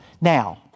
Now